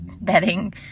bedding